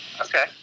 Okay